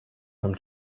from